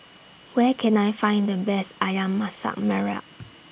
Where Can I Find The Best Ayam Masak Merah